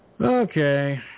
Okay